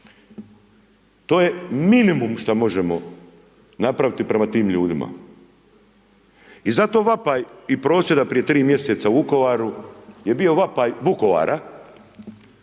To je minimum što možemo napraviti prema tim ljudima i zato vapaj i prosvjed prije tri mjeseca u Vukovaru, je bio vapaj Vukovara